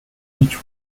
each